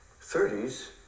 thirties